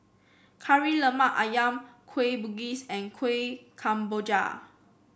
Kari Lemak ayam Kueh Bugis and Kueh Kemboja